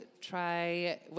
try